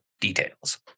details